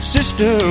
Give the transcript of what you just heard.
Sister